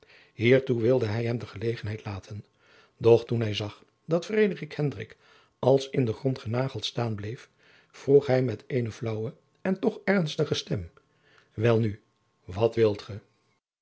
hiertoe wilde hij hem de gelegenheid laten doch toen hij zag dat frederik hendrik als in den grond genageld staan bleef vroeg hij met eene flaauwe en toch ernstige stem welnu wat wilt ge